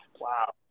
Wow